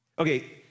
Okay